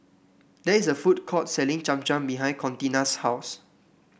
there is a food court selling Cham Cham behind Contina's house